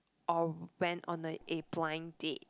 or went on a a blind date